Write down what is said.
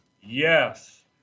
Yes